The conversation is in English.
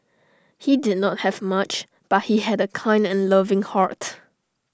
he did not have much but he had A kind and loving heart